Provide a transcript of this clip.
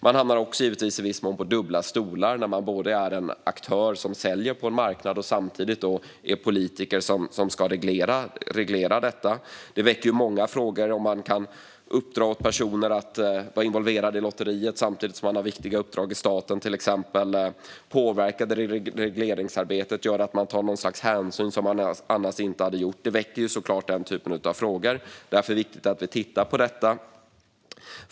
Man hamnar också i viss mån på dubbla stolar när man både är en aktör som säljer på en marknad och samtidigt är politiker som ska reglera detta. Det väcker många frågor, till exempel om man kan uppdra åt personer att vara involverade i lotteriet samtidigt som man har viktiga uppdrag i staten. Påverkar det regleringsarbetet? Gör det att man tar någon sorts hänsyn som man annars inte hade tagit? Det väcker såklart den typen av frågor. Därför är det viktigt att vi tittar på detta.